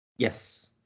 Yes